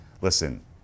listen